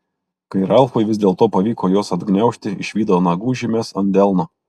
kai ralfui vis dėlto pavyko juos atgniaužti išvydo nagų žymes ant delno